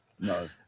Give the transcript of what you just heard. No